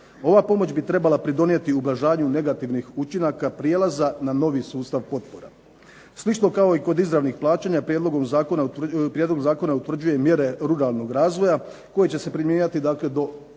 Ova pomoć bi trebala pridonijeti ublažavanju negativnih učinaka prijelaza na novi sustav potpora. Slično kao i kod izravnih plaćanja, prijedlog zakona utvrđuje mjere ruralnog razvoja koje će se primjenjivati dakle